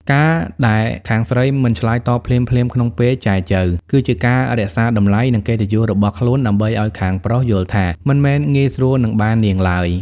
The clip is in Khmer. ការដែលខាងស្រីមិនឆ្លើយតបភ្លាមៗក្នុងពេលចែចូវ គឺជាការរក្សាតម្លៃ និងកិត្តិយសរបស់ខ្លួន ដើម្បីឱ្យខាងប្រុសយល់ថា មិនមែនងាយស្រួលនឹងបាននាងឡើយ។